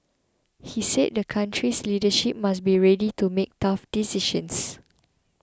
he said the country's leadership must be ready to make tough decisions